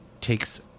takes